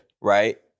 right